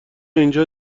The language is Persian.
اینجا